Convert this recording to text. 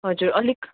हजुर अलिक